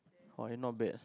!wah! not bad